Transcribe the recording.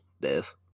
death